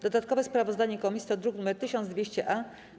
Dodatkowe sprawozdanie komisji to druk nr 1200-A.